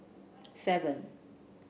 seven